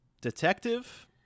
detective